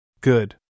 Good